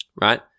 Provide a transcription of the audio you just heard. right